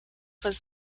was